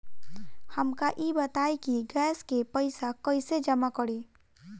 हमका ई बताई कि गैस के पइसा कईसे जमा करी?